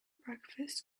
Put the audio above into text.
breakfast